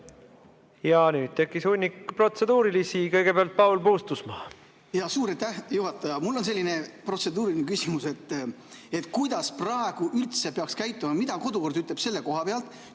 Nüüd tekkis hunnik protseduurilisi. Kõigepealt Paul Puustusmaa, palun! Suur aitäh, juhataja! Mul on selline protseduuriline küsimus, et kuidas praegu üldse peaks käituma. Mida kodukord ütleb selle koha pealt,